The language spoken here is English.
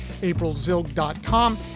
aprilzilg.com